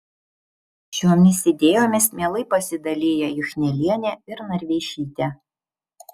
šiomis idėjomis mielai pasidalija juchnelienė ir narveišytė